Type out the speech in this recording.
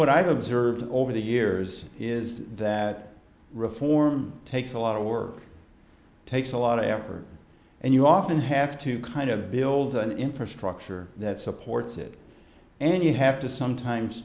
what i've observed over the years is that reform takes a lot of work takes a lot ever and you often have to kind of build an infrastructure that supports it and you have to sometimes